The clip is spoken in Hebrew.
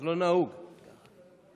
לא נהוג ככה.